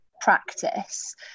practice